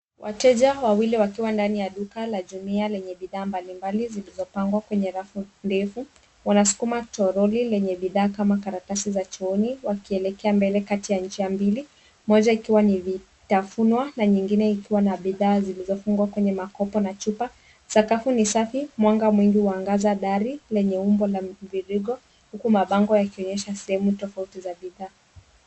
Wateja wawili wakiwa ndani ya duka la jumuia lenye bidhaa mbali mbali zilizopangwa kwenye rafu ndefu wanazukuma troli lenye bidhaa kama karatasi ya chooni wakielekea mbele kati ya njia mbili moja ikiwa vitafunwa na ingine ikiwa na bidhaa zilizofungwa kwenye makoba wa chupa. Sakafu ni safi, mwanga mwingi waangaza dari lenye umbo la mviringo huku mabango ikionyesha sehemu tafauti za bidhaa.